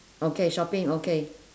okay shopping okay